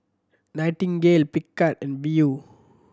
Nightingale Picard and Viu